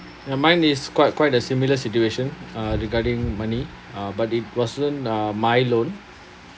uh mine is quite quite a similar situation uh regarding money but it wasn't my loan